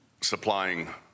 supplying